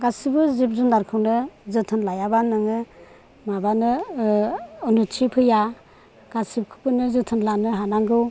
गासिबो जिब जुनारखौनो जोथोन लायाब्ला नोङो माबानो उन्नुति फैया गासिबखौबोनो जोथोन लानो हानांगौ